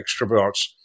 extroverts